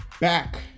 back